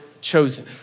chosen